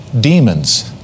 demons